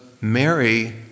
mary